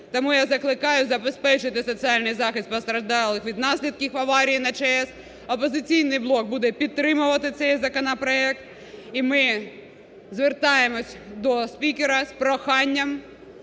Тому я закликаю забезпечити соціальний захист постраждалих від наслідків аварії на ЧАЕС. "Опозиційний блок" буде підтримувати цей законопроект. І ми звертаємось до спікера з проханням